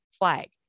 flag